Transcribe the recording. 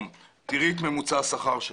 תראי את ממוצע השכר שלנו.